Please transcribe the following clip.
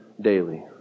daily